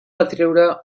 atreure